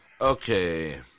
Okay